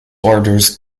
orders